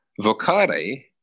Vocare